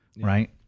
right